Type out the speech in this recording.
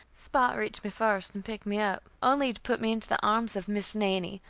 spot reached me first and picked me up, only to put me into the arms of miss nannie,